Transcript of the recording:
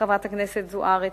חברת הכנסת זוארץ,